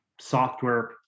software